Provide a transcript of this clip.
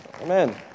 Amen